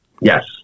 Yes